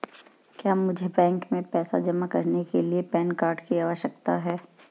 क्या मुझे बैंक में पैसा जमा करने के लिए पैन कार्ड की आवश्यकता है?